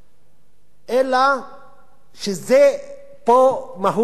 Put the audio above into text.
אלא שפה זו מהות העניין,